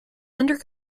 under